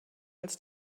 als